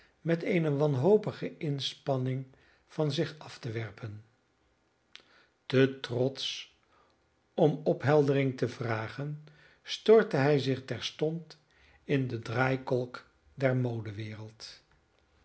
met eene wanhopige inspanning van zich af te werpen te trotsch om opheldering te vragen stortte hij zich terstond in de draaikolk der modewereld